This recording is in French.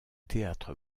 théâtre